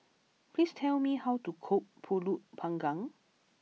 please tell me how to cook Pulut Panggang